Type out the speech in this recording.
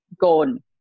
gone